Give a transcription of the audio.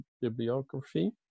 bibliography